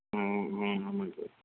ம் ம் ஆமாம் சார்